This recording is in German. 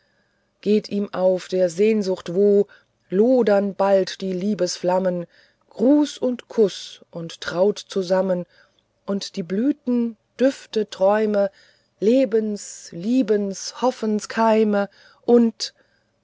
geht ihm auf der sehnsucht wo lodern bald die liebesflammen gruß und kuß ein traut zusammen und die blüten düfte träume lebens liebens hoffens keime und